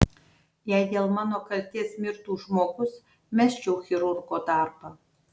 jei dėl mano kaltės mirtų žmogus mesčiau chirurgo darbą